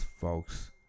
folks